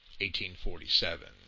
1847